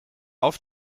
auf